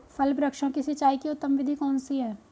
फल वृक्षों की सिंचाई की उत्तम विधि कौन सी है?